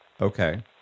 Okay